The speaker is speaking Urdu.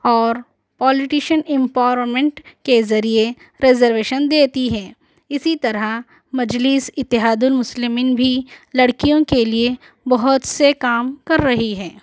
اور آلرٹیشن امپاورنمنٹ کے ذریعے ریزرویشن دیتی ہے اِسی طرح مجلس اِتحاد المسلمین بھی لڑکیوں کے لیے بہت سے کام کر رہی ہے